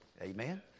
Amen